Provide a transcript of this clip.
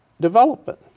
development